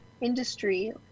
industry